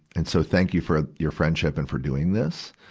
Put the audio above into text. and so, thank you for your friendship and for doing this.